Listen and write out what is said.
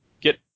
get